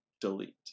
delete